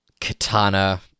katana